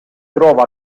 trova